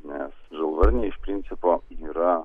nes žalvarniai iš principo yra